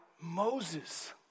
Moses